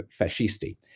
fascisti